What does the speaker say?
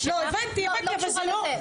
סליחה, גיא, אני לא חוזרת עוד פעם לסיפור הזה.